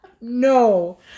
No